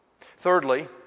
Thirdly